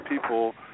people